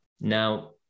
Now